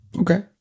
okay